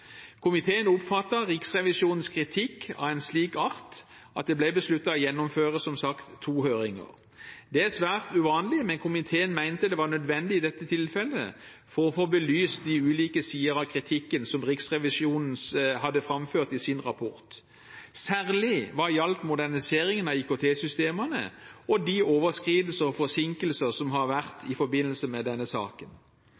Komiteen oppfattet Riksrevisjonens kritikk til å være av en slik art at det – som sagt – ble besluttet å gjennomføre to høringer. Det er svært uvanlig, men komiteen mente det var nødvendig i dette tilfellet for å få belyst de ulike sidene av kritikken som Riksrevisjonen hadde framført i sin rapport, særlig hva gjaldt moderniseringen av IKT-systemene og de overskridelser og forsinkelser som har vært i forbindelse med denne saken.